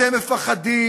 אתם מפחדים.